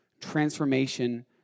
transformation